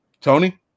Tony